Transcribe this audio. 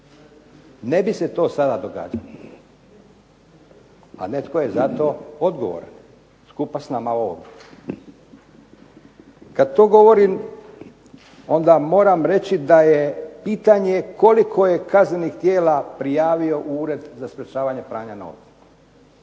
Ne bi se to sada događalo. A netko je za to odgovoran, skupa s nama ovdje. Kad to govorim onda moram reći da je pitanje koliko je kaznenih djela prijavio i Ured za sprječavanje pranja novca